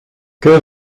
que